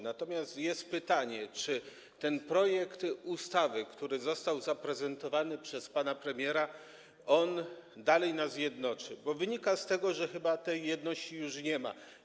Natomiast jest pytanie, czy ten projekt ustawy, który został zaprezentowany przez pana premiera, dalej nas jednoczy, bo wynika z tego, że chyba tej jedności już nie ma.